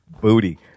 Booty